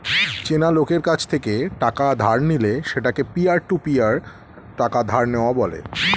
চেনা লোকের কাছ থেকে টাকা ধার নিলে সেটাকে পিয়ার টু পিয়ার টাকা ধার নেওয়া বলে